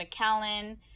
McAllen